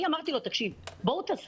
אמרתי לו: תסבירו